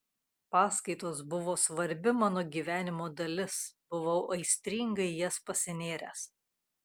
paskaitos buvo svarbi mano gyvenimo dalis buvau aistringai į jas pasinėręs